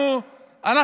12 שנה.